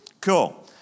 Cool